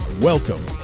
Welcome